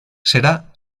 será